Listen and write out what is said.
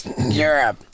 Europe